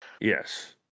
yes